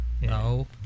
No